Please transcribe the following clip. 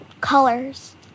Colors